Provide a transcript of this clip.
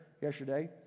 yesterday